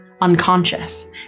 unconscious